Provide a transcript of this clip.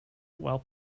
while